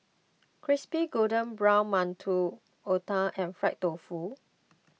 Crispy Golden Brown Mantou Otah and Fried Tofu